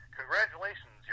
congratulations